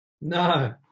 No